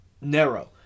narrow